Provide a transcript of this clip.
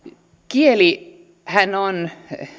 kieli on